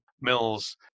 mills